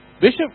Bishop